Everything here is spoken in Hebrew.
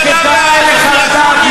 וכדאי לך לדעת.